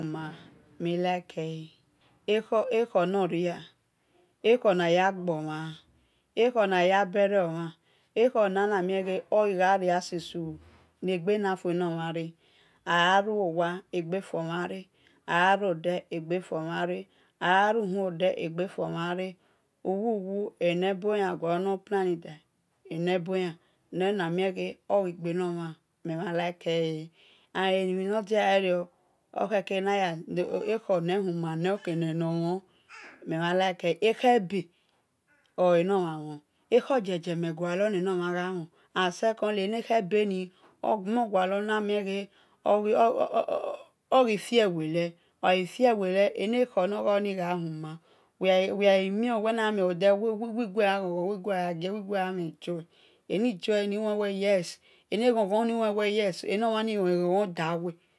Ma-milike e̱ ekhor nehuman mi like̱ ekhor naya gbomhan mi-like ekhor na ye buri o mhan mi-like agharuwowu egbefuommare agharode egbe fuo mhanre agha ru buo de egbe fuo mhan re emhon uwu- wu oemhebola guala nor plani dai ibolan nor na mie weh ghe nor gbenomha meh mhan like le ekbebe oe̱ normhan mhon ekhor yeje meh gualor ne nor mhan ghe mhon secondly enekhebe ni oghifiefele oghai fie wele enekhonokhoni ya gha huma wei mio bho de wi-gue gha ghon ghon wi-gue gha gie-wi-gue gha mhen joy eni joy ni wi lewe yes enomhani ghongho da weh